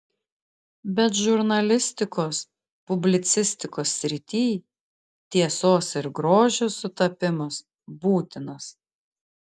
bet žurnalistikos publicistikos srityj tiesos ir grožio sutapimas būtinas